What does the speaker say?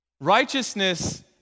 Righteousness